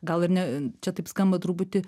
gal ir ne čia taip skamba truputį